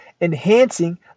enhancing